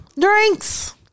drinks